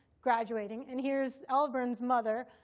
graduating. and here's olive byrne's mother,